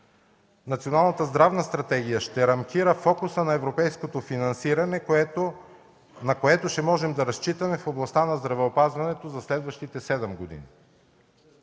Националната здравна стратегия ще рамкира фокуса на европейското финансиране, на което ще можем да разчитаме в областта на здравеопазването за следващите седем години.